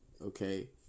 okay